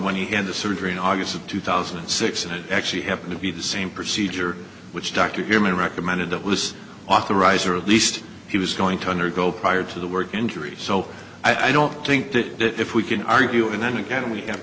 when he had the surgery in august of two thousand and six and it actually happened to be the same procedure which doctor here may recommended it was authorizer of least he was going to undergo prior to the word injury so i don't think that if we can argue and then again we have